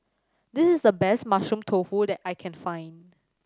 this is the best Mushroom Tofu that I can find